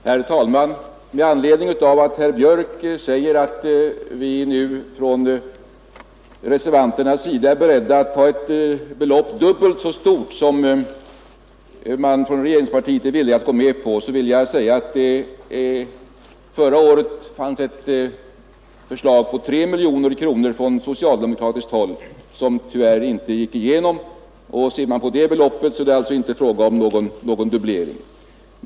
Herr talman! Herr Björk i Göteborg säger att vi reservanter är beredda att anslå ett belopp dubbelt så stort som det regeringspartiets representanter är villiga att gå med på. Jag vill då påminna om att det förra året fanns ett förslag från socialdemokratiskt håll om 3 miljoner kronor, vilket tyvärr inte gick igenom. Jämför man med det beloppet, är det inte fråga om någon dubblering.